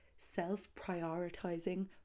self-prioritizing